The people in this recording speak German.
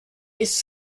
ist